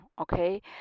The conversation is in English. okay